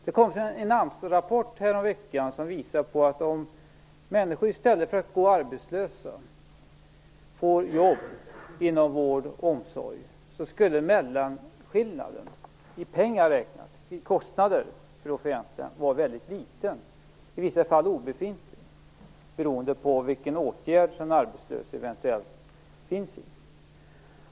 Det kom en AMS-rapport häromveckan som visar att om människor i stället för att gå arbetslösa skulle få jobb inom vård och omsorg så skulle mellanskillnaden i pengar räknat, alltså kostnaden för det offentliga, vara väldigt liten, i vissa fall obefintlig, beroende på vilken åtgärd som den arbetslöse eventuellt finns i.